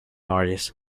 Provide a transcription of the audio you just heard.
artist